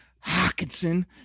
Hawkinson